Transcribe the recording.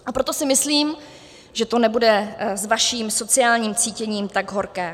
A proto si myslím, že to nebude s vaším sociálním cítěním tak horké.